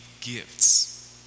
gifts